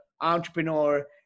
entrepreneur